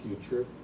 future